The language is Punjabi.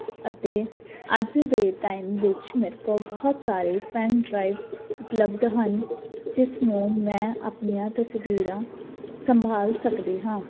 ਅਤੇ ਅੱਜ ਦੇ ਟਾਈਮ ਵਿੱਚ ਮੇਰੇ ਕੋਲ ਬਹੁਤ ਸਾਰੇ ਪੈਨ ਡਰਾਈਵ ਉਪਲਬਧ ਹਨ ਜਿਸ ਨੂੰ ਮੈਂ ਆਪਣੀਆਂ ਤਸਵੀਰਾਂ ਸੰਭਾਲ ਸਕਦੀ ਹਾਂ